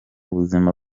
buzima